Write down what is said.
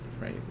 right